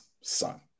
son